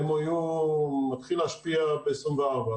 ה-MOU מתחיל להשפיע ב-2024.